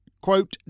quote